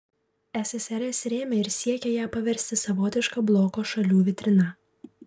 ssrs rėmė ir siekė ją paversti savotiška bloko šalių vitrina